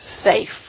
Safe